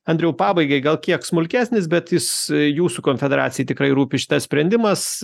andriau pabaigai gal kiek smulkesnis bet jis jūsų konfederacijai tikrai rūpi šitas sprendimas